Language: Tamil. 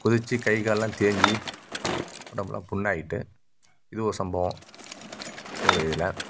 குதிச்சு கை கால்லாம் தேஞ்சு உடம்புலாம் புண்ணாகிட்டு இது ஒரு சம்பவம் சிறு வயதில்